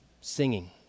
singing